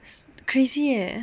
it's crazy eh